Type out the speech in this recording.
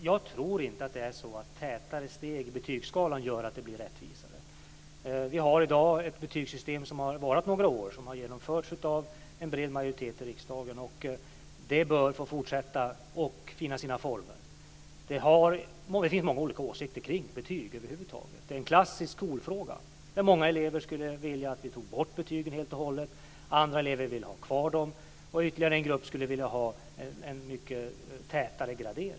Fru talman! Jag tror inte att tätare steg i betygsskalan gör att det blir rättvisare. Vi har i dag ett betygssystem som har funnits i några år och som genomförts av en bred majoritet i riksdagen. Det bör få fortsätta att finna sina former. Det finns många olika åsikter om betyg över huvud taget. Det är en klassisk skolfråga. Många elever skulle vilja att vi tog bort betygen helt och hållet, andra elever vill ha kvar dem, och ytterligare en grupp skulle vilja ha en mycket tätare gradering.